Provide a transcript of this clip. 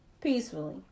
Peacefully